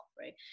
Right